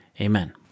Amen